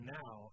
now